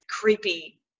creepy